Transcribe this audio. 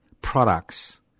products